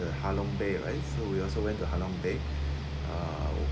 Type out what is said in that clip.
the ha long bay right so we also went to ha long bay uh